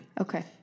Okay